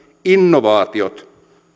innovaatiot